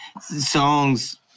songs